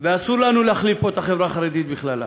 ואסור לנו להכליל פה את החברה החרדית בכללה,